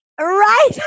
Right